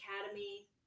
Academy